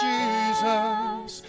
Jesus